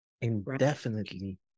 Indefinitely